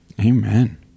Amen